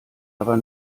aber